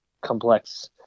complex